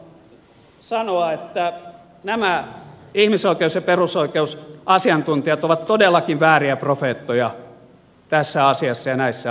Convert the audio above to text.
haluan sanoa että nämä ihmisoikeus ja perusoikeusasiantuntijat ovat todellakin vääriä profeettoja tässä asiassa ja näissä asioissa